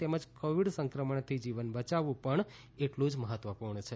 તેમજ કોવિડ સંક્રમણથી જીવન બચાવવું પણ એટલું જ મહત્વપૂર્ણ છે